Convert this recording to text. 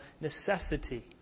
necessity